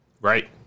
Right